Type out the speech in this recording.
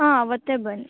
ಹಾಂ ಅವತ್ತೇ ಬನ್ನಿ